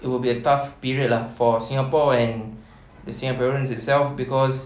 it will be a tough period lah for singapore and singaporeans itself cause